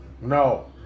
No